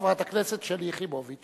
חברת הכנסת שלי יחימוביץ.